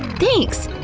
thanks!